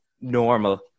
normal